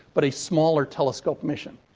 but a smaller telescope mission.